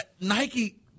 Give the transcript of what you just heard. Nike